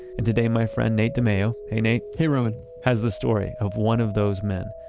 and today my friend, nate dimeo hey, nate hey, roman has the story of one of those men.